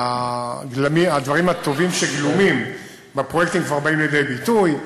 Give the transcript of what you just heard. והדברים הטובים שגלומים בפרויקטים כבר באים לידי ביטוי,